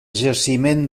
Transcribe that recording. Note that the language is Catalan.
jaciment